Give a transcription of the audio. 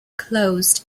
closed